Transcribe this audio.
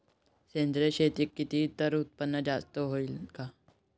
सेंद्रिय शेती केली त उत्पन्न जास्त होईन का?